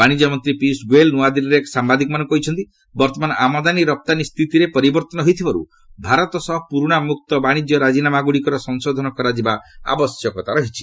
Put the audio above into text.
ବାଶିଜ୍ୟ ମନ୍ତ୍ରୀ ପୀୟିଷ ଗୋୟଲ୍ ନୁଆଦିଲ୍ଲୀରେ ସାୟାଦିକମାନଙ୍କୁ କହିଛନ୍ତି ବର୍ତ୍ତମାନ ଆମଦାନୀ ରପ୍ତାନୀ ସ୍ଥିତିରେ ପରିବର୍ତ୍ତନ ହୋଇଥିବାରୁ ଭାରତ ସହ ପୁରୁଣା ମୁକ୍ତ ବାଣିଜ୍ୟ ରାଜିନାମାଗୁଡ଼ିକର ସଂଶୋଧନ କରାଯିବା ଆବଶ୍ୟକତା ରହିଛି